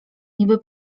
niby